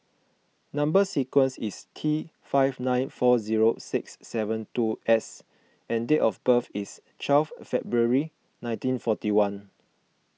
Number Sequence is T five nine four zero six seven two S and date of birth is twelve February nineteen forty one